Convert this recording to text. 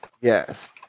Yes